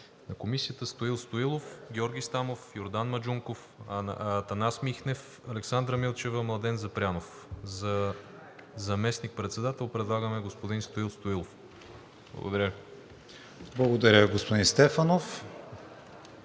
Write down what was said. на Комисията Стоил Стоилов, Георги Стамов, Йордан Маджунков, Атанас Михнев, Александра Милчева, Младен Запрянов. За заместник-председател предлагаме господин Стоил Стоилов. Благодаря Ви.